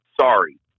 Sorry